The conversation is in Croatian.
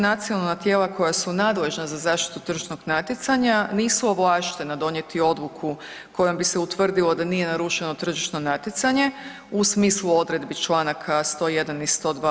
Nacionalna tijela koja su nadležna na zaštitu tržišnog natjecanja nisu ovlaštena donijeti odluku kojom bis e utvrdilo da nije narušeno tržišno natjecanje u smislu odredbi čl. 101. i 102.